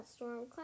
Stormcloud